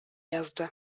язды